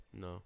No